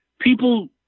People